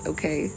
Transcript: Okay